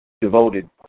devoted